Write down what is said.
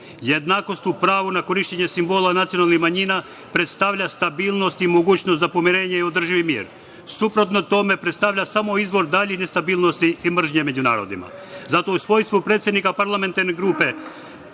Jednakost u pravu na korišćenje simbola nacionalnih manjina predstavlja stabilnost i mogućnost za pomirenje i održivi mir. Suprotno tome predstavlja samo izvor daljih nestabilnosti i mržnje među narodima. Zato u svojstvu predsednika parlamentarne grupe